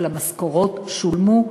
אבל המשכורות שולמו,